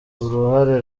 uruhare